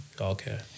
Okay